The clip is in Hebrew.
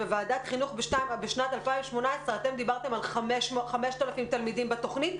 בוועדת חינוך בשנת 2018 אתם דיברתם על 5,000 תלמידים בתוכנית.